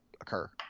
occur